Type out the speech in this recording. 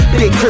big